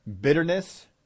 bitterness